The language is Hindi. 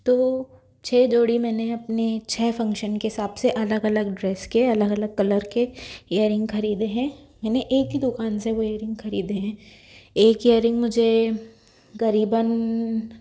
तो छः जोड़ी मैने अपने छः फंक्शन के हिसाब से अलग अलग ड्रेस के अलग अलग कलर के इयरिंग ख़रीदे हैं मैंने एक ही दुकान से वह इयरिंग ख़रीदे हैं एक इयरिंग मुझे करीबन